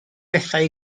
bethau